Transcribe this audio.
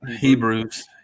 Hebrews